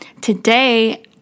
Today